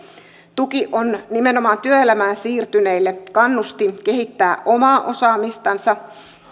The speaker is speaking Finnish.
tuki on nimenomaan työelämään siirtyneille kannustin kehittää omaa osaamistansa